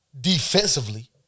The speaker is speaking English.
defensively